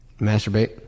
Masturbate